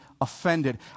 offended